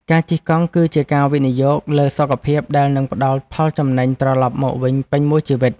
ការជិះកង់ គឺជាការវិនិយោគលើសុខភាពដែលនឹងផ្ដល់ផលចំណេញត្រលប់មកវិញពេញមួយជីវិត។